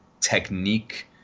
technique